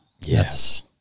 yes